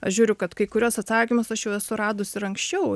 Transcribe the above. aš žiūriu kad kai kuriuos atsakymus aš jau esu radus ir anksčiau